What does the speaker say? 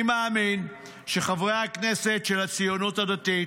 אני מאמין שחברי הכנסת של הציונות הדתית,